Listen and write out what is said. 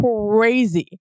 crazy